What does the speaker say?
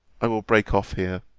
i will break off here.